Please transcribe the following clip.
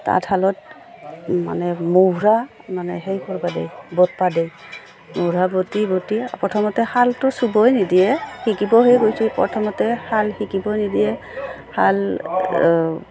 তাঁতশালত মানে মহুৰা মানে সেই কৰিব দিয়ে বাটিব দিয়ে মহুৰা বাটি বাটি প্ৰথমতে শালটো চুবই নিদিয়ে শিকিব সেই গৈছোঁ প্ৰথমতে শাল শিকিবই নিদিয়ে শাল